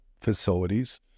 facilities